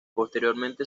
posteriormente